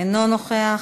אינו נוכח,